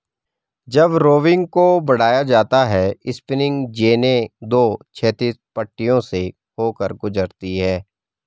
जब रोविंग को बढ़ाया जाता है स्पिनिंग जेनी दो क्षैतिज पट्टियों से होकर गुजरती है